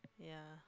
yeah